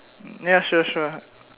ya sure sure